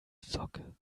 socke